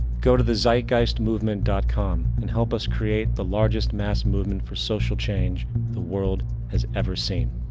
go to the thezeitgeistmovement dot com and help us create the largest mass movement for social change the world has ever seen.